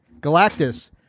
Galactus